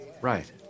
Right